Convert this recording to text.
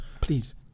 Please